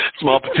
small